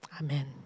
Amen